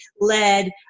led